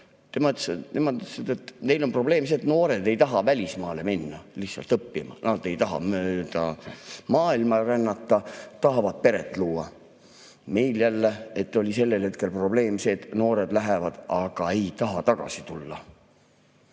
ütlesid, et neil on probleem see, et noored ei taha välismaale õppima minna, nad ei taha mööda maailma rännata, tahavad peret luua. Meil jälle oli sellel hetkel probleem see, et noored lähevad, aga ei taha tagasi tulla.